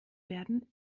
werden